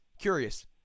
Curious